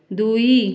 ଦୁଇ